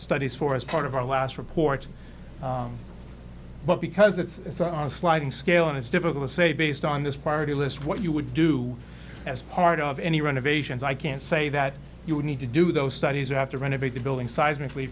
studies for as part of our last report but because it's on a sliding scale and it's difficult to say based on this party list what you would do as part of any renovations i can say that you would need to do those studies you have to renovate the building s